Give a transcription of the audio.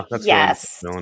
Yes